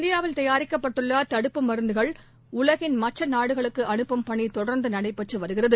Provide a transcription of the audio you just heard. இந்தியாவில் தயாரிக்கப்பட்டுள்ளதடுப்பு மருந்துகள் உலகின் மற்றநாடுகளுக்குஅனுப்பும் பணிதொடர்ந்துநடைபெற்றுவருகிறது